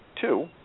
Two